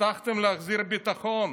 הבטחתם להחזיר את הביטחון,